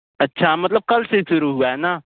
अच्छा मतलब कल से ही शुरू हुआ है न